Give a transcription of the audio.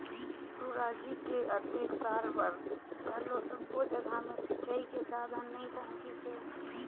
सुराजी के अतेक साल बार घलो सब्बो जघा मे सिंचई के साधन नइ पहुंचिसे